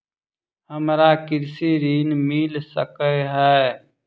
हमरा कृषि ऋण मिल सकै है?